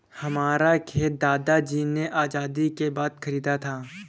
हमारा खेत दादाजी ने आजादी के बाद खरीदा था